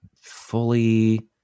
fully